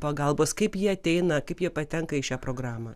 pagalbos kaip jie ateina kaip jie patenka į šią programą